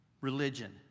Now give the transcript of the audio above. religion